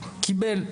קיבל,